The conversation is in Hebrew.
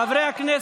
חברי הכנסת,